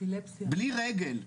בלי רגל,